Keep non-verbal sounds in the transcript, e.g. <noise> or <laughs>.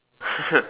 <laughs>